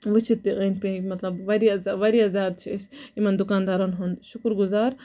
وٕچھِتھ تہِ أندۍ پٔکۍ مطلب واریاہ ز واریاہ زیادٕ چھِ أسۍ یِمَن دُکان دارُن ہُند شُکُر گُزار